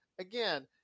again